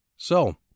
So